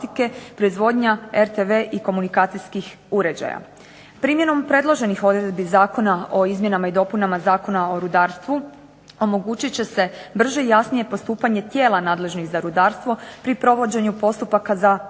Primjenom predloženih odredbi Zakona o izmjenama i dopunama Zakona o rudarstvu omogućit će se brže i jasnije postupanje tijela nadležnih za rudarstvo pri provođenju postupaka za